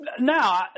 now